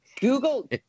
Google